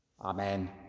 Amen